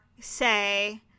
say